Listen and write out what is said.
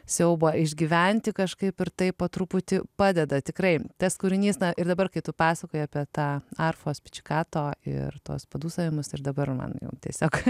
siaubą išgyventi kažkaip ir taip po truputį padeda tikrai tas kūrinys ir dabar kai tu pasakojai apie tą arfos pizzicato ir tos padūsavimus ir dabar man jau tiesiog